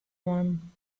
one